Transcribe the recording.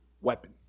weapon